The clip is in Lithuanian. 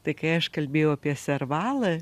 tai kai aš kalbėjau apie servalą